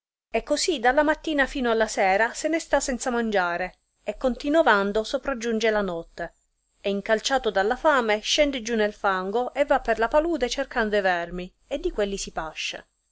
e così dalla mattina fino alla sera se ne sta senza mangiare e continovando sopraggiunge la notte e incalciato dalla fame scende giù nel fango e va per la palude cercando e vermi e di quelli si pasce